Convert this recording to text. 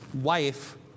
wife